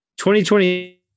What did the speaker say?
2020